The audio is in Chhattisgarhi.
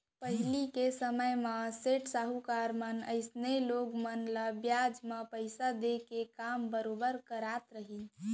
पहिली के समे म सेठ साहूकार मन अइसनहे लोगन मन ल बियाज म पइसा देहे के काम बरोबर करत रहिन